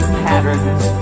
patterns